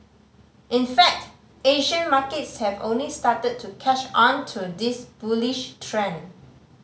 in fact Asian markets have only started to catch on to this bullish trend